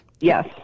yes